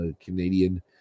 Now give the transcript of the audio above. Canadian